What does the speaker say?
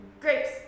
Grapes